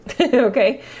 Okay